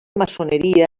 maçoneria